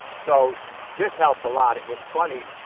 so this helped a lot. it was funny